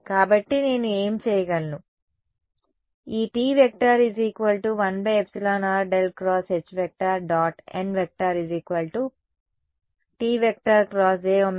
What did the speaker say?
కాబట్టి నేను ఏమి చేయగలను ఈ T 1r